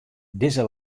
dizze